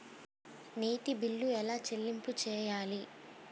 నీటి బిల్లు ఎలా చెల్లింపు చేయాలి?